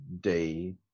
day